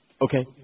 Okay